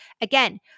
Again